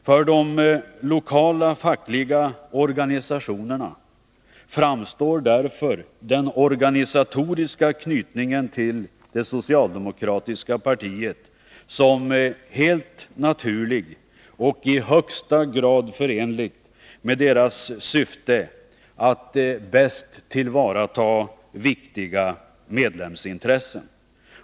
För de lokala fackliga organisationerna framstår därför den organisatoriska anknytningen till det socialdemokratiska partiet som helt naturlig och i högsta grad förenlig med deras syfte att bäst tillvarata viktiga medlemsintressen.